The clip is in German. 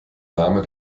name